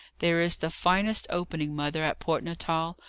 there is the finest opening, mother, at port natal!